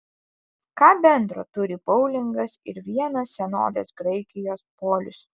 ką bendro turi boulingas ir vienas senovės graikijos polius